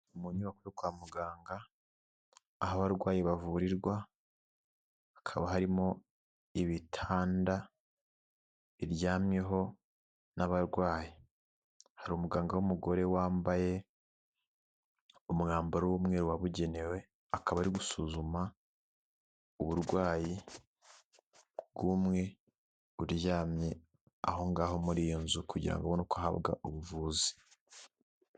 Mu nyubakuru yo kwa muganga aho abarwayi bavurirwa hakaba harimo ibitanda biryamyweho n'abarwaye, hari umuganga w'umugore wambaye umwambaro w'umweru wabugenewe akaba ari gusuzuma uburwayi bw'umwe uryamye aho ngaho muri iyo nzu kugira ngo abone uko ahabwa ubuvuzi